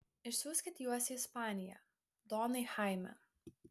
išsiųskit juos į ispaniją donai chaime